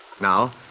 Now